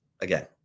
Again